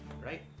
right